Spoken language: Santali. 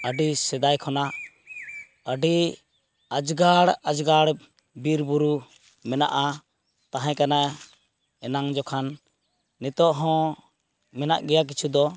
ᱟᱹᱰᱤ ᱥᱮᱫᱟᱭ ᱠᱷᱚᱱᱟᱜ ᱟᱹᱰᱤ ᱟᱡᱽᱜᱟᱲ ᱟᱡᱽᱜᱟᱲ ᱵᱤᱨᱵᱩᱨᱩ ᱢᱮᱱᱟᱜᱼᱟ ᱛᱟᱦᱮᱸ ᱠᱟᱱᱟ ᱮᱱᱟᱝ ᱡᱚᱠᱷᱟᱱ ᱱᱤᱛᱚᱜ ᱦᱚᱸ ᱢᱮᱱᱟᱜ ᱜᱮᱭᱟ ᱠᱤᱪᱷᱩᱫᱚ